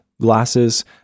glasses